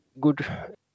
good